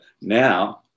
Now